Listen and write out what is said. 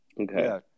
Okay